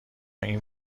آیا